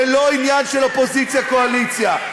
זה לא עניין של אופוזיציה קואליציה,